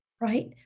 Right